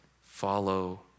follow